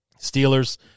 Steelers